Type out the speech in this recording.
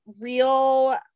real